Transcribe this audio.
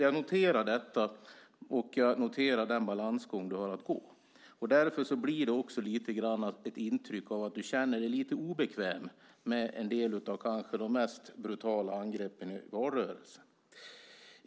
Jag noterar detta och den balansgång som du har att gå. Därför får man också intrycket att du känner dig lite obekväm med en del av de mest brutala angreppen i valrörelsen.